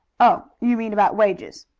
oh, you mean about wages.